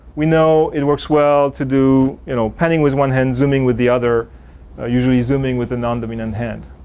we know it works well to do, you know, panning was one hand zooming with the other usually, zooming with the non-dominant hand.